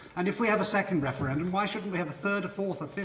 and if we have a second referendum, why shouldn't we have a third, a fourth,